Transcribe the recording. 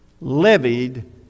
levied